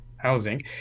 housing